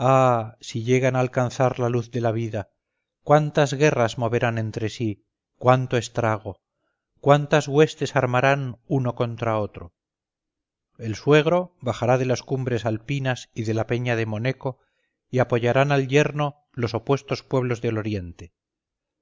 si llegan a alcanzar la luz de la vida cuántas guerras moverán entre sí cuánto estrago cuántas huestes armarán uno contra otro el suegro bajará de las cumbres alpinas y de la peña de moneco y apoyarán al yerno los opuestos pueblos del oriente